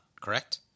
Correct